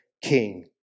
King